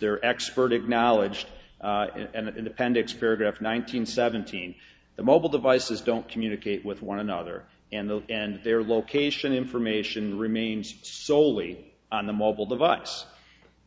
their expert acknowledged and independents paragraph one hundred seventeen the mobile devices don't communicate with one another and the and their location information remains soley on the mobile device